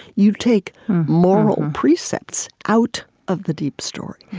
you take moral precepts out of the deep story.